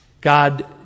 God